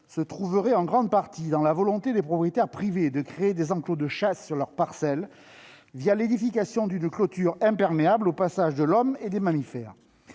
se trouverait en grande partie dans la volonté de propriétaires privés de créer des enclos de chasse sur leurs parcelles, l'édification de « clôtures imperméables au passage de l'homme et des mammifères